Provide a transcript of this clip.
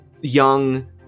young